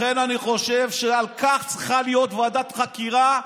לכן, אני חושב שעל כך צריכה להיות ועדת חקירה.